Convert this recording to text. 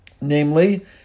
Namely